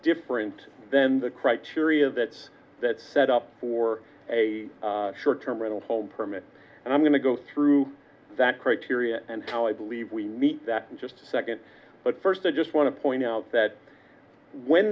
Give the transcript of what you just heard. different then the criteria that that set up for a short term rental hold permit and i'm going to go through that criteria and how i believe we meet that in just a second but first i just want to point out that when